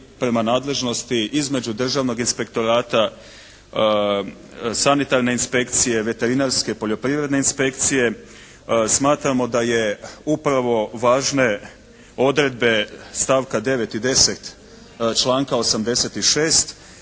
prema nadležnosti između Državnog inspektorata, sanitarne inspekcije, veterinarske, poljoprivredne inspekcije. Smatramo da je upravo važne odredbe stavka 9. i 10. članka 86.